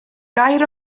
gair